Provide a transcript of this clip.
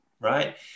right